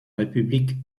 république